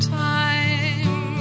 time